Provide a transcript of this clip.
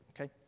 okay